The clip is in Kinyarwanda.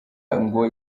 ngo